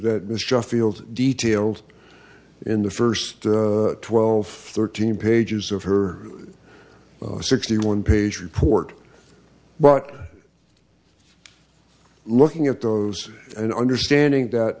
that this just feels detailed in the first twelve thirteen pages of her sixty one page report but looking at those and understanding that